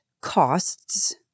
costs